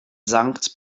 sankt